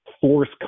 Force